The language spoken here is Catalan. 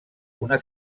una